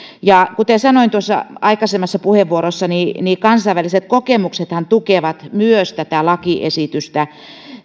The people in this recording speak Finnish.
kuten sanoin tuossa aikaisemmassa puheenvuorossani myös kansainväliset kokemuksethan tukevat tätä lakiesitystä